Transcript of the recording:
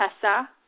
Tessa